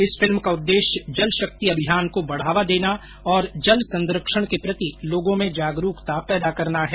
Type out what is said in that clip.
इस फिल्म का उद्देश्यं जलशक्ति अभियान को बढ़ावा देना और जल संरक्षण के प्रति लोगों में जागरुकता पैदा करना है